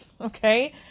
Okay